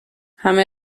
همه